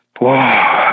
Wow